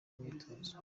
myitozo